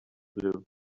clue